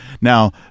Now